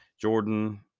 Jordan